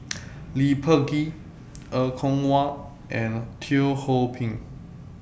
Lee Peh Gee Er Kwong Wah and Teo Ho Pin